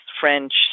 French